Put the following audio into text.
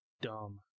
dumb